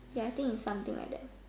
ya I think is something like that